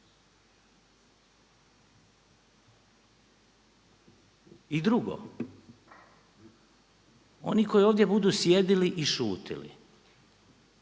I drugo, oni koji ovdje budu sjedili i šutjeli